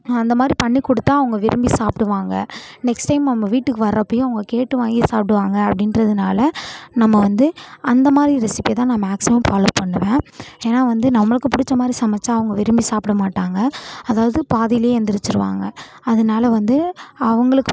அந்த மாதிரி பண்ணிக் கொடுத்தா அவங்க விரும்பி சாப்பிடுவாங்க நெக்ஸ்ட் டைம் நம்ம வீட்டுக்கு வரப்போயும் அவங்க கேட்டு வாங்கி சாப்பிடுவாங்க அப்படின்றதுனால நம்ம வந்து அந்த மாதிரி ரெசிப்பியை தான் நான் மேக்சிமம் ஃபாலோவ் பண்ணுவேன் ஏனால் வந்து நம்மளுக்கு பிடிச்ச மாதிரி சமைத்தா அவங்க விரும்பி சாப்பிட மாட்டாங்க அதாவது பாதிலேயே எழுந்துருச்சிருவாங்க அதனால் வந்து அவங்களுக்கு